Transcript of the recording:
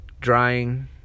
drying